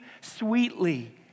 sweetly